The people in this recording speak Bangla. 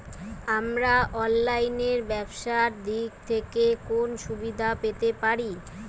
আমরা অনলাইনে ব্যবসার দিক থেকে কোন সুবিধা পেতে পারি?